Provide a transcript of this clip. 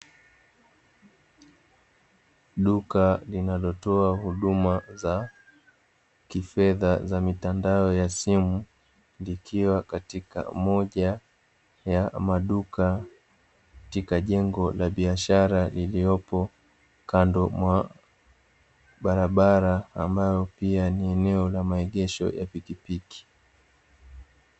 Duka linalotoa huduma za kifedha za mitandao ya simu, likiwa katika moja ya maduka katika jengo la biashara liliyoko kando mwa barabara ambayo pia ni eneo la maegesho ya pikipiki.